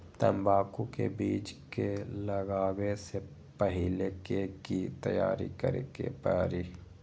तंबाकू के बीज के लगाबे से पहिले के की तैयारी करे के परी?